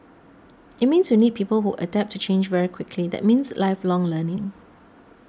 it means you need people who adapt to change very quickly that means lifelong learning